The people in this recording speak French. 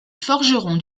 forgeron